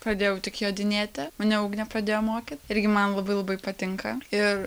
pradėjau tik jodinėti mane ugnė pradėjo mokyt irgi man labai labai patinka ir